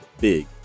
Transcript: big